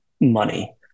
money